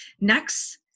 next